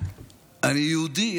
אני יהודי.